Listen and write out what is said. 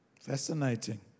Fascinating